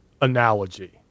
analogy